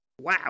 wow